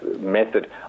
method